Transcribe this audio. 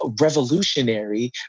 revolutionary